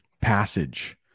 Passage